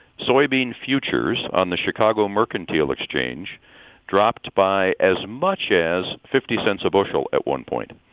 soybean futures on the chicago mercantile exchange dropped by as much as fifty cents a bushel at one point.